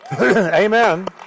amen